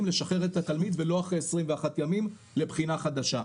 לשחרר את התלמיד ולא אחרי 21 ימים לבחינה חדשה.